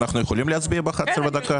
אנחנו מחדשים את הישיבה.